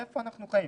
איפה אנחנו חיים?